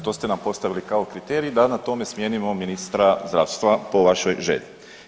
To ste nam postavili kao kriterij da na tome smijenimo ministra zdravstva po vašoj želji.